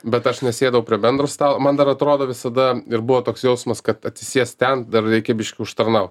bet aš nesėdau prie bendro stalo man dar atrodo visada ir buvo toks jausmas kad atsisėst ten dar reikia biškį užtarnaut